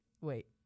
wait